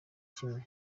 kimwe